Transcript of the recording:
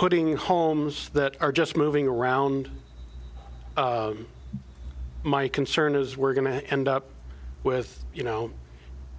putting homes that are just moving around my concern is we're going to end up with you know